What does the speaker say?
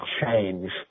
change